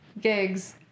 gigs